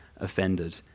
offended